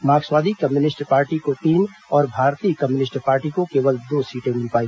मार्क्सवादी communist party को तीन और भारतीय कम्युनिस्ट पार्टी को केवल दो सीट मिल पाई